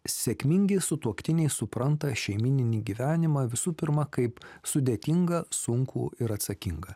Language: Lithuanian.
sėkmingi sutuoktiniai supranta šeimyninį gyvenimą visų pirma kaip sudėtingą sunkų ir atsakingą